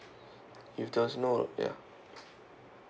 if there's no ya